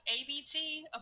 ABT